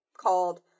called